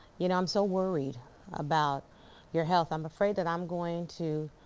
you know i'm so worried about your health, i'm afraid that i'm going to